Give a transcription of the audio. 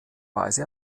weise